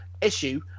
issue